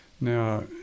Now